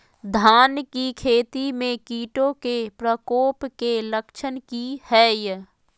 धान की खेती में कीटों के प्रकोप के लक्षण कि हैय?